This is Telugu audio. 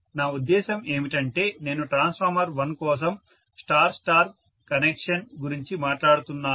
నా ఉద్దేశం ఏమిటంటే నేను ట్రాన్స్ఫార్మర్ 1 కోసం స్టార్ స్టార్ కనెక్షన్ గురించి మాట్లాడుతున్నాను